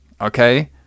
Okay